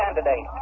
of candidates.